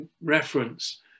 reference